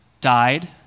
died